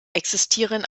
existieren